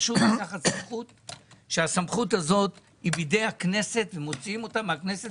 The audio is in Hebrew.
פשוט לקחת סמכות שהיא בידי הכנסת ולהוציא אותה מן הכנסת